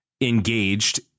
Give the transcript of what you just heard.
engaged